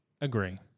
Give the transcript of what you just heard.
agree